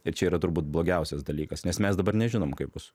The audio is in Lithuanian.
ir čia yra turbūt blogiausias dalykas nes mes dabar nežinom kaip bus